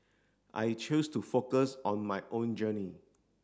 I choose to focus on my own journey